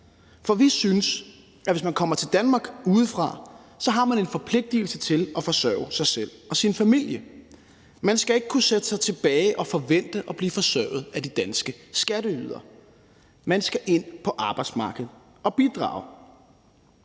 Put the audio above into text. For vi synes, at man, hvis man kommer til Danmark udefra, har en forpligtigelse til at forsørge sig selv og sin familie. Man skal ikke kunne sætte sig tilbage og forvente at blive forsørget af de danske skatteydere, men man skal ind på arbejdsmarkedet og bidrage,